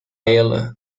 ela